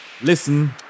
Listen